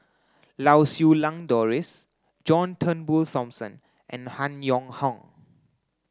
Lau Siew Lang Doris John Turnbull Thomson and Han Yong Hong